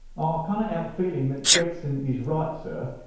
ah kind of help feeling that gregson is right, sir,